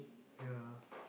ya